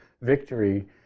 victory